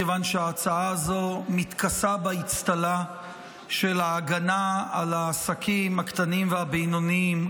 מכיוון שההצעה הזאת מתכסה באצטלה של ההגנה על העסקים הקטנים והבינוניים,